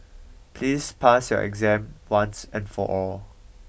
please pass your exam once and for all